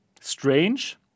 strange